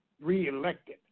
reelected